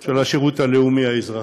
של השירות הלאומי-האזרחי.